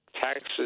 taxes